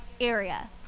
area